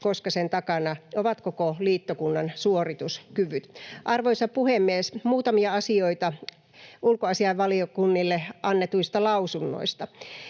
koska sen takana ovat koko liittokunnan suorituskyvyt. Arvoisa puhemies! Muutamia asioita ulkoasiainvaliokunnalle annetuista lausunnoista.